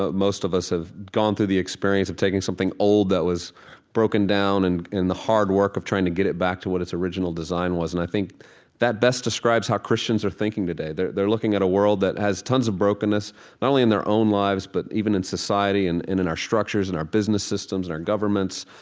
ah most of us have gone through the experience of taking something old that was broken down and the hard work of trying to get it back to what its original design was, and i think that best describes how christians are thinking today. they're they're looking at a world that has tons of brokenness not only in their own lives, but even in society and in in our structures, and our business systems, our governments,